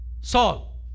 Saul